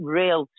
real